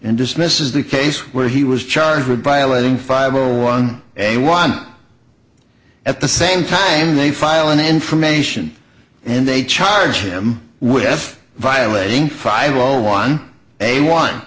and dismiss is the case where he was charged with violating five zero one and one at the same time they file an information and they charged him with violating five law one a one